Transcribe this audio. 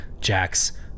Jax